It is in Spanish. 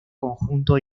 conjunto